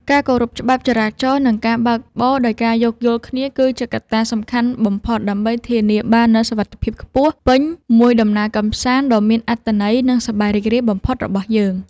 ការគោរពច្បាប់ចរាចរណ៍ និង ការបើកបរដោយការយោគយល់គ្នាគឺជាកត្តាសំខាន់បំផុតដើម្បីធានាបាននូវសុវត្ថិភាពខ្ពស់ពេញមួយដំណើរកម្សាន្តដ៏មានអត្ថន័យ និង សប្បាយរីករាយបំផុតរបស់យើង។